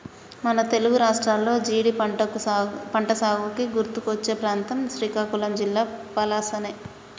మన తెలుగు రాష్ట్రాల్లో జీడి పంటసాగుకి గుర్తుకొచ్చే ప్రాంతం శ్రీకాకుళం జిల్లా పలాసనే